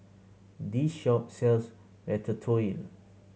this shop sells Ratatouille